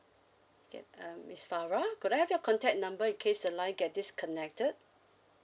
okay uh miss farah could I have your contact number in case the line get disconnected